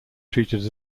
treated